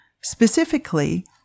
specifically